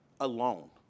alone